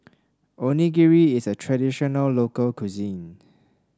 onigiri is a traditional local cuisine